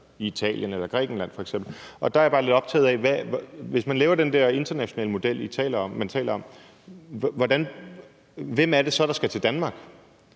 Italien eller Grækenland. Der er bare noget, jeg er lidt optaget af, og det er: Hvis man laver den der internationale model, man taler om, hvem er det så, der skal til Danmark?